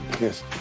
yes